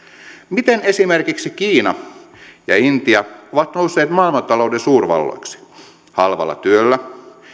miten esimerkiksi kiina ja intia ovat nousseet maailmantalouden suurvalloiksi halvalla työllä